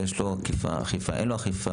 יש לו אכיפה, אין לו אכיפה?